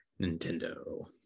Nintendo